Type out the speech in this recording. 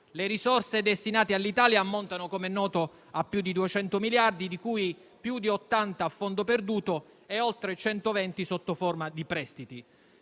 Le risorse destinate all'Italia ammontano, come è noto, a più di 200 miliardi, di cui più di 80 a fondo perduto e oltre 120 sotto forma di prestiti.